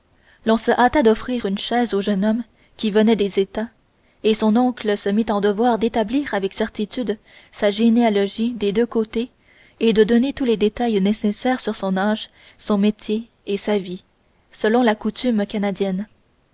se hâta d'offrir une chaise au jeune homme qui venait des états et son oncle se mit en devoir d'établir avec certitude sa généalogie des deux côtés et de donner tous les détails nécessaires sur son âge son métier et sa vie selon la coutume canadienne